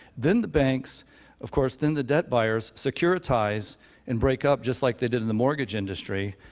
then the banks of curse, then the debt buyers securitize and break up just like they did in the mortgage industry,